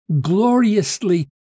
gloriously